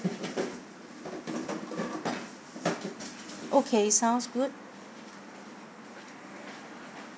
okay sounds good